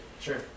Sure